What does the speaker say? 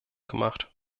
gemacht